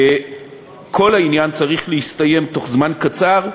כל העניין צריך להסתיים בתוך זמן קצר,